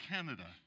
Canada